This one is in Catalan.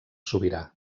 sobirà